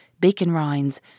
bacon-rinds